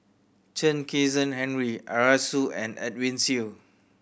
Chen Kezhan Henri Arasu and Edwin Siew